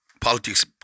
politics